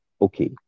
okay